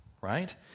right